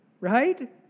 Right